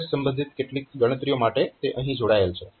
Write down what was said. તો એડ્રેસ સંબંધિત કેટલીક ગણતરી માટે તે અહીં જોડાયેલ છે